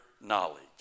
knowledge